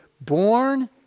born